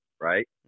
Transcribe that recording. Right